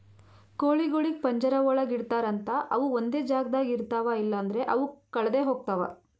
ಕೋಳಿಗೊಳಿಗ್ ಪಂಜರ ಒಳಗ್ ಇಡ್ತಾರ್ ಅಂತ ಅವು ಒಂದೆ ಜಾಗದಾಗ ಇರ್ತಾವ ಇಲ್ಲಂದ್ರ ಅವು ಕಳದೆ ಹೋಗ್ತಾವ